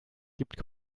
gibt